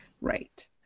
Right